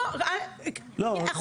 לא, לא, זה לא אותם אוהדים.